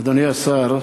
אדוני השר,